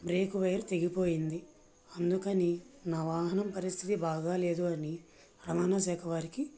break wire తెగిపోయింది అందుకని నా వాహనం పరిస్థితి బాగాలేదు అని రవాణా శాఖవారికి